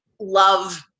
love